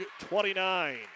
29